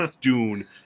Dune